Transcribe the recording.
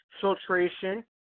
filtration